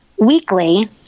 weekly